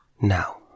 Now